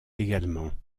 également